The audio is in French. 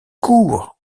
court